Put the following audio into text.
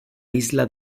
isla